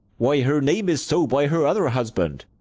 why, her name is so, by her other husband.